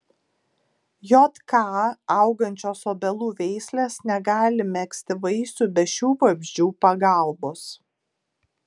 jk augančios obelų veislės negali megzti vaisių be šių vabzdžių pagalbos